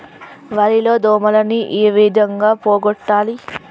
వరి లో దోమలని ఏ విధంగా పోగొట్టాలి?